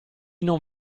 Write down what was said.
non